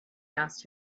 asked